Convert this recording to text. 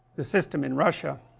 the system in russia